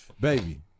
Baby